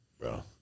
Bro